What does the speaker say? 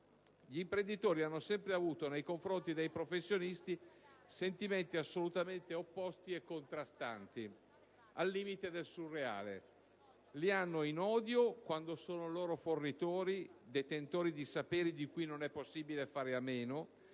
Gli imprenditori hanno sempre avuto, nei confronti dei professionisti, sentimenti assolutamente opposti e contrastanti, al limite del surreale: li hanno in odio quando sono loro fornitori, detentori di saperi di cui non è possibile fare a meno,